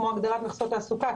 כמו הגדלת מכסות תעסוקה,